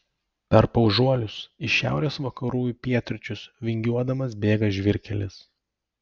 per paužuolius iš šiaurės vakarų į pietryčius vingiuodamas bėga žvyrkelis